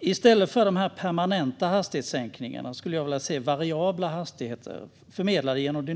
I stället för de permanenta hastighetssänkningarna skulle jag vilja se variabla hastigheter förmedlade genom